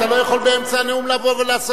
אתה לא יכול באמצע הנאום לבוא ולעשות